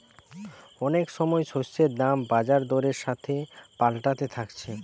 অনেক সময় শস্যের দাম বাজার দরের সাথে পাল্টাতে থাকছে